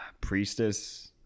priestess